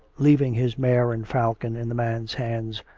leaving his mare and falcon in the man's hands,